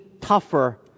tougher